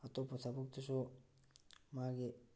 ꯑꯇꯣꯞꯄ ꯊꯕꯛꯇꯁꯨ ꯃꯥꯒꯤ